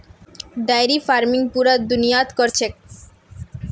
dairy farming पूरा दुनियात क र छेक